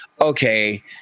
okay